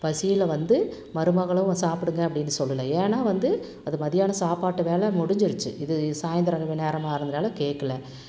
பசியில் வந்து மருமகளும் சாப்பிடுங்க அப்படின்னு சொல்லலை ஏன்னா வந்து அது மத்தியானம் சாப்பாட்டு வேளை முடிஞ்சிடுச்சு இது சாயந்தரம் நேரமாக இருந்ததுனால கேக்கலை